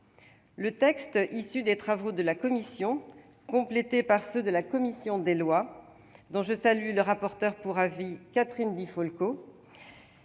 Le texte issu des travaux de la commission, complété par ceux de la commission des lois, dont je salue le rapporteur pour avis, Catherine Di Folco,